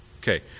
Okay